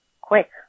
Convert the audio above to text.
Quick